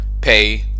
pay